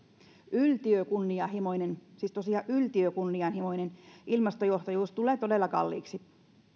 yltiökunnianhimoinen siis tosiaan yltiökunnianhimoinen ilmastojohtajuus tulee todella kalliiksi